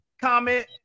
comment